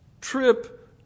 trip